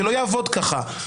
זה לא יעבוד כך.